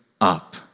up